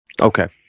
Okay